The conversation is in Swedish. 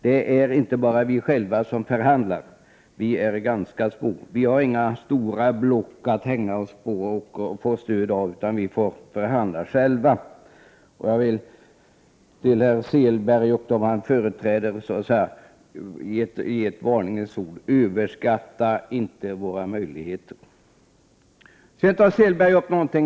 Vi är ganska små, och vi har inget stort block att få stöd av, utan vi får förhandla själva. Därför vill jag ge herr Selberg och dem han företräder ett varningens ord: Överskatta inte våra möjligheter!